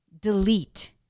delete